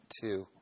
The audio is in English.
two